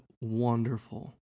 wonderful